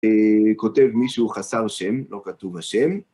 כותב מישהו חסר שם, לא כתוב השם.